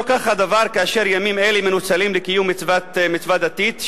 לא כך הדבר כאשר ימים אלה מנוצלים לקיום מצווה דתית,